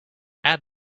add